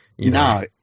No